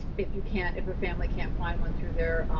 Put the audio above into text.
if you can't, if a family can't find one through their,